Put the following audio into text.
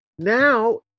Now